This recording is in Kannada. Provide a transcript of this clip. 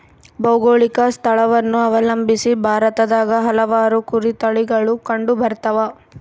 ಭೌಗೋಳಿಕ ಸ್ಥಳವನ್ನು ಅವಲಂಬಿಸಿ ಭಾರತದಾಗ ಹಲವಾರು ಕುರಿ ತಳಿಗಳು ಕಂಡುಬರ್ತವ